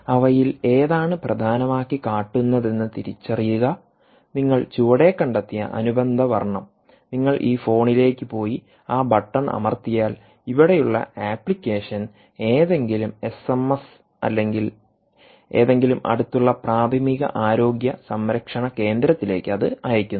അവയിൽ ഏതാണ് പ്രധാനമാക്കിക്കാട്ടുന്നതെന്ന് തിരിച്ചറിയുക നിങ്ങൾ ചുവടെ കണ്ടെത്തിയ അനുബന്ധ വർണം നിങ്ങൾ ഈ ഫോണിലേക്ക് പോയി ആ ബട്ടൺ അമർത്തിയാൽ ഇവിടെയുള്ള അപ്ലിക്കേഷൻ ഏതെങ്കിലും എസ് എം എസ് അല്ലെങ്കിൽ എന്തെങ്കിലും അടുത്തുള്ള പ്രാഥമിക ആരോഗ്യ സംരക്ഷണ കേന്ദ്രത്തിലേക്ക് അത് അയയ്ക്കുന്നു